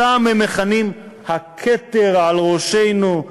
אותם הם מכנים "הכתר על ראשינו",